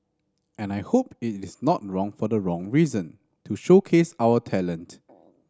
and I hope it is not wrong for the wrong reason to showcase our talent